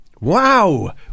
Wow